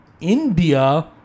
India